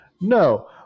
no